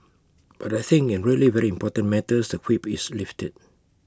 but I think in really very important matters the whip is lifted